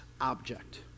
object